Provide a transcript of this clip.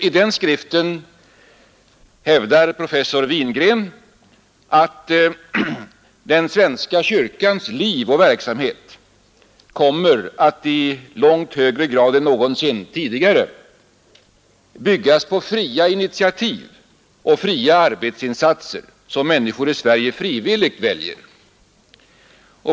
I den skriften hävdar professor Wingren att den svenska kyrkans liv och verksamhet kommer att i långt högre grad än någonsin tidigare byggas på fria initiativ och fria arbetsinsatser som människor i Sverige frivilligt väljer.